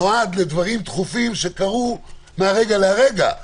נועד לדברים דחופים שקורים מהרגע להרגע,